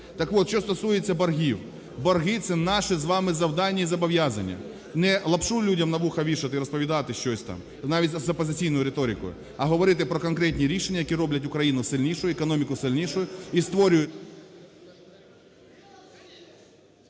Так от, що стосується боргів. Борги – це наше з вами завдання і зобов'язання, не лапшу людям на вуха вішати і розповідати щось там, навіть з опозиційною риторикою, а говорити про конкретні рішення, які роблять Україну сильнішою, економікою сильнішою і створюють…